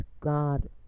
God